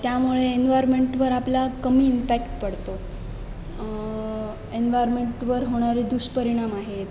त्यामुळे एन्वायरमेन्टवर आपला कमी इम्पॅक्ट पडतो एन्वायरमेन्टवर होणारे दुष्परिणाम आहेत